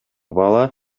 бала